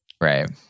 Right